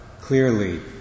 clearly